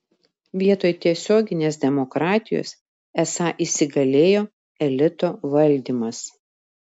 vietoj tiesioginės demokratijos esą įsigalėjo elito valdymas